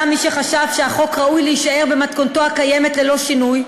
מי שחשב שהחוק ראוי להישאר במתכונתו הקיימת ללא שינוי,